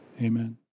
amen